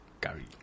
Gary